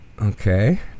okay